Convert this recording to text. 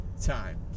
time